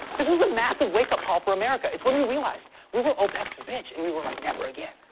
this was a massive wake-up call for america. it's when we realized we were opec's bitch, and we were like, never again!